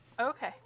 Okay